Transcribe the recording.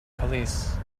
police